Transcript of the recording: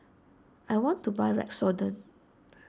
I want to buy Redoxon